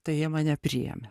tai jie mane priėmė